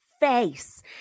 Face